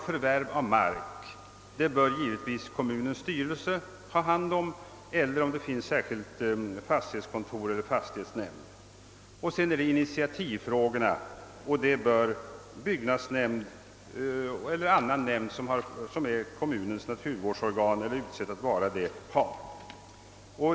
Förvärv av mark bör givetvis kommunens styrelse ha hand om eller särskilt fastighetskontor eller fastighetsnämnd om det finns sådana organ. Initiativfrågorna bör byggnadsnämnd eller annan nämnd som är kommunens naturvårdsorgan ha hand om.